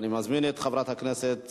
אני מזמין את חברת הכנסת